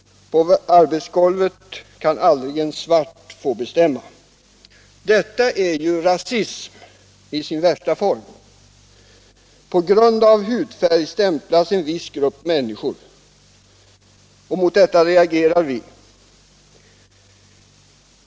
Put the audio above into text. På arbetsgolvet kan aldrig en svart bestämma. Detta är rasism i sin värsta form. På grund av hudfärg stämplas en viss grupp människor. Mot detta reagerar vi.